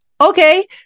okay